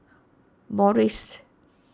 Morries